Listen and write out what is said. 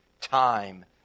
time